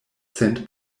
cent